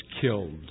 killed